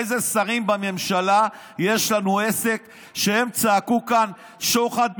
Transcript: עם אילו שרים בממשלה יש לנו עסק שהם צעקו כאן שוחד,